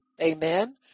Amen